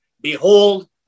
Behold